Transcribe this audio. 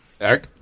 Eric